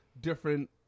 different